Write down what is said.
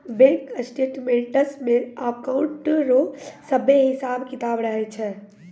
bank statements मे account रो सभे हिसाब किताब रहै छै